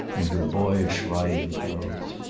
in her boyish riding clothes.